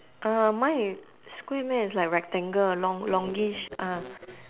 uh mine i~ square meh it's like rectangle long longish ah